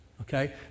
okay